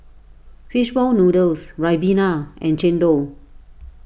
Fish Ball Noodles Ribena and Chendol